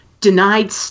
Denied